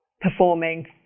performing